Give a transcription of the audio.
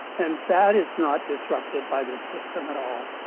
and that is not disrupted by this system at all.